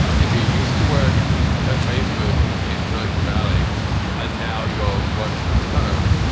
if you used to work at facebook in silicon valley and now you're working from home,